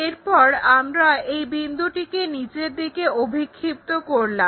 এরপর আমরা এই বিন্দুটিকে নিচের দিকে অভিক্ষিপ্ত করলাম